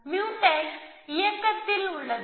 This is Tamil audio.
முயூடெக்ஸ் இயக்கத்தில் உள்ளது